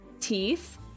teeth